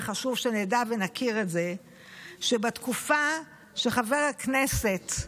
וחשוב שנדע ונכיר את זה שבתקופה שחבר הכנסת,